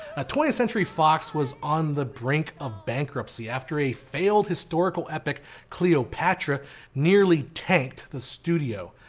twentieth century fox was on the brink of bankruptcy after a failed historical epic cleopatra nearly tanked the studio.